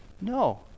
No